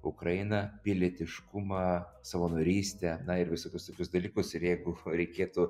ukrainą pilietiškumą savanorystę na ir visokius tokius dalykus ir jeigu reikėtų